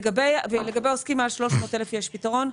לגבי העוסקים מעל 300,000 שקל יש פתרון.